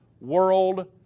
world